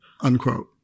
unquote